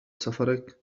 سفرك